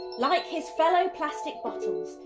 like his fellow plastic bottles,